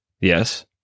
Yes